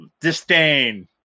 disdain